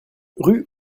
rue